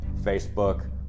Facebook